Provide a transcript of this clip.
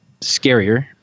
scarier